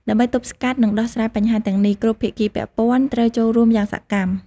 ដើម្បីទប់ស្កាត់នឹងដោះស្រាយបញ្ហាទាំងនេះ គ្រប់ភាគីពាក់ព័ន្ធត្រូវចូលរួមយ៉ាងសកម្ម។